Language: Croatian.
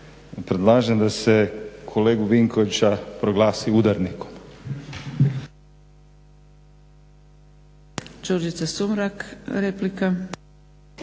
predlažem da se kolegu Vinkovića proglasi udarnikom. **Zgrebec, Dragica